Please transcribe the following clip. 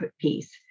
piece